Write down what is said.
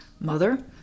mother